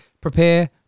Prepare